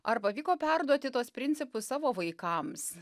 ar pavyko perduoti tuos principus savo vaikams